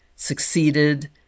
succeeded